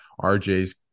RJ's